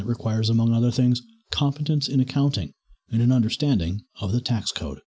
that requires among other things competence in accounting and an understanding of the tax code